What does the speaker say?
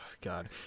God